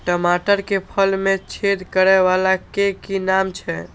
टमाटर के फल में छेद करै वाला के कि नाम छै?